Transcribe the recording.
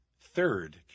third